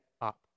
up